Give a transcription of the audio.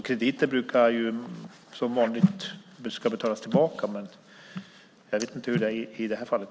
Krediter brukar ju behöva betalas tillbaka, men jag vet inte hur det är i det här fallet.